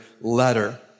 letter